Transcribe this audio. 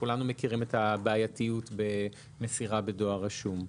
כולנו מכירים את הבעייתיות במסירה בדואר רשום.